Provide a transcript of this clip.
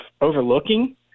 overlooking